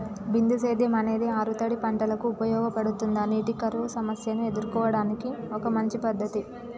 బిందు సేద్యం అనేది ఆరుతడి పంటలకు ఉపయోగపడుతుందా నీటి కరువు సమస్యను ఎదుర్కోవడానికి ఒక మంచి పద్ధతి?